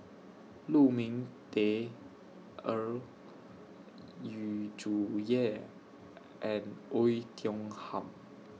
Lu Ming Teh Earl Yu Zhuye and Oei Tiong Ham